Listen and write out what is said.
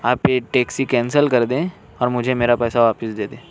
آپ یہ taxi cancel کردیں اور مجھے میرا پیسہ واپس دے دیں